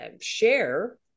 share